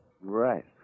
Right